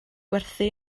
gwerthu